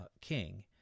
king